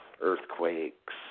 earthquakes